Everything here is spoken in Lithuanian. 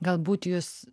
galbūt jūs